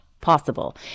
possible